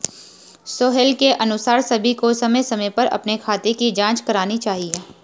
सोहेल के अनुसार सभी को समय समय पर अपने खाते की जांच करनी चाहिए